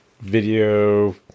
video